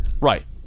Right